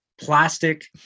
plastic